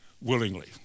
willingly